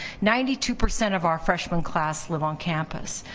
ninety two percent of our freshman class live on campus.